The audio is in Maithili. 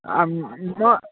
आब मा